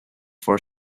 for